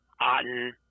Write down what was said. Otten